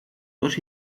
dos